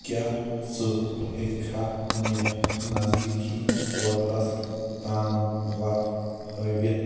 کیاہ ژٕ ہیکھا مےٚ نزدیٖکی ہوٹلس تام وتھ ہٲوِتھ